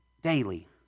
Daily